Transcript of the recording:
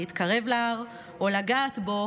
להתקרב להר או לגעת בו,